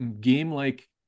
game-like